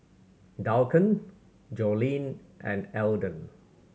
Duncan Jolene and Elden